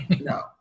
No